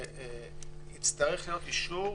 שיצטרך להיות אישור